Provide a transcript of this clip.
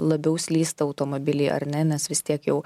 labiau slysta automobiliai ar ne nes vis tiek jau